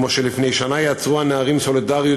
כמו שלפני שנה יצרו הנערים סולידריות